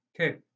Okay